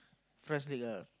France-League ah